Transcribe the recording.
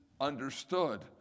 understood